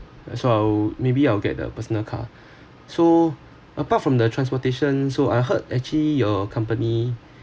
so I'll maybe I'll get the personal car so apart from the transportation so I heard actually your company